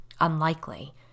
unlikely